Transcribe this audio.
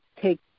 take